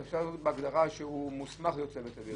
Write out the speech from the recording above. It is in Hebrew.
אם אפשר בהגדרה שהוא מוסמך להיות צוות אוויר.